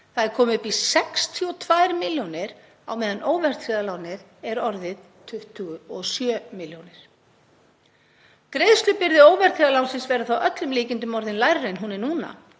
Það er komið upp í 62 milljónir á meðan óverðtryggða lánið er orðið 27 milljónir. Greiðslubyrði óverðtryggða lánsins verður þá að öllum líkindum orðin lægri en hún er núna